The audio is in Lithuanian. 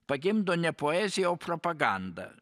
pagimdo ne poeziją o propagandą